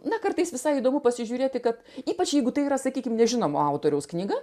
na kartais visai įdomu pasižiūrėti kad ypač jeigu tai yra sakykim nežinomo autoriaus knyga